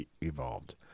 evolved